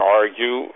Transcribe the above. argue